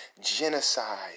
genocide